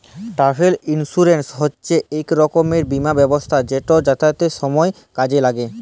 travel insurance হছে ইক রকমের বীমা ব্যবস্থা যেট যাতায়াতের সময় কাজে ল্যাগে